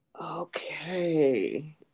Okay